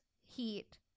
Heat